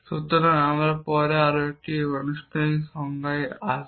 সুতরাং আমরা পরে আরও একটি আনুষ্ঠানিক সংজ্ঞায় আসব